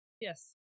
Yes